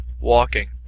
walking